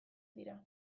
dira